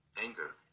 Anger